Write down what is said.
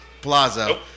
Plaza